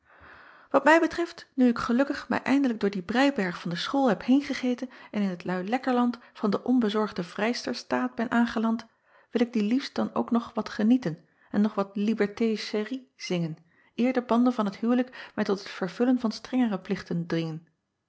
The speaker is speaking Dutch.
at mij betreft nu ik gelukkig mij eindelijk door dien brijberg van de school heb heengegeten en in het uilekkerland van den onbezorgden vrijsterstaat ben aangeland wil ik dien liefst dan ook nog wat genieten en nog wat liberté chérie zingen eer de banden van het huwelijk mij tot het vervullen van strengere plichten dringen